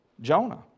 Jonah